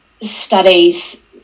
studies